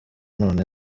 none